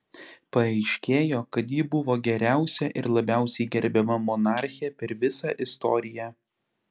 paaiškėjo kad ji buvo geriausia ir labiausiai gerbiama monarchė per visą istoriją